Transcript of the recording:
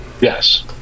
Yes